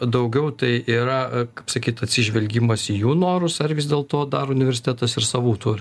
daugiau tai yra kaip sakyt atsižvelgimas į jų norus ar vis dėlto dar universitetas ir savų turi